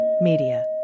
Media